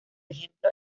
ejemplo